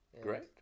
great